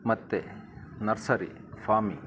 ಮತ್ತು nursery farm